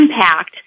impact